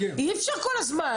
אי אפשר כל הזמן.